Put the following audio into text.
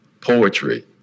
poetry